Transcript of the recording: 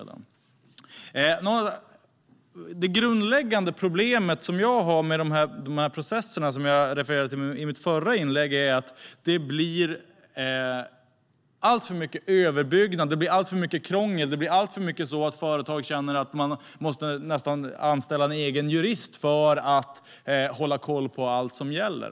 Det grundläggande problem jag har med de processer jag refererade till i mitt förra inlägg är att det blir alltför mycket överbyggnad och krångel och att företag känner att de nästan måste anställa en egen jurist för att hålla koll på allt som gäller.